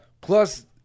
Plus